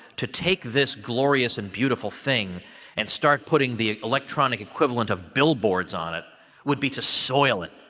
to take this glorious and beautiful thing and start putting the electronic equivalent of billboards on it would be to soil it.